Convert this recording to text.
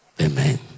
Amen